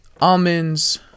almonds